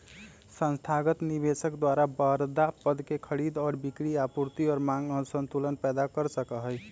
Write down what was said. संस्थागत निवेशक द्वारा बडड़ा पद के खरीद और बिक्री आपूर्ति और मांग असंतुलन पैदा कर सका हई